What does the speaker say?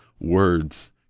words